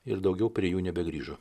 ir daugiau prie jų nebegrįžo